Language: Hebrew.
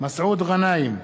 מסעוד גנאים,